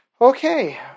Okay